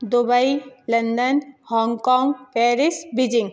Dubai London Hong Kong Paris Beijing